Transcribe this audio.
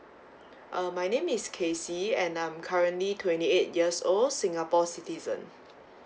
uh my name is casey and I'm currently twenty eight years old singapore citizen